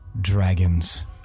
dragons